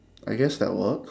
I guess that works